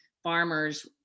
farmers